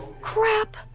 Crap